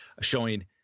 showing